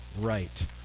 right